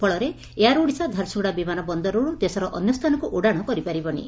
ଫଳରେ ଏୟାର ଓଡ଼ିଶା ଝାରସୁଗୁଡା ବିମାନ ବନ୍ଦରରୁ ଦେଶର ଅନ୍ୟସ୍ଥାନକୁ ଉଡାଶ କରିପାରିବନି